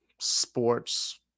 sports